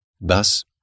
thus